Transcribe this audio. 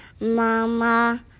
Mama